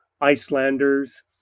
Icelanders